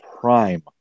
prime